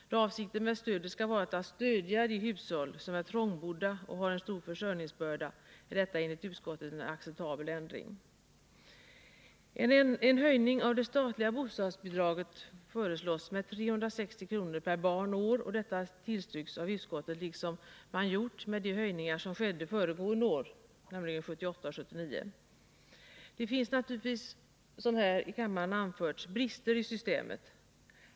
Då avsikten med stödet skall vara att stödja de hushåll som är trångbodda och har en stor försörjningsbörda är detta enligt utskottet en acceptabel ändring. En höjning av det statliga bostadsbidraget föreslås med 360 kr. per barn och år. Detta tillstyrks av utskottet, liksom det tillstyrkte de höjningar som skedde 1978 och 1979. Det finns naturligtvis, som här i kammaren har anförts, brister i systemet.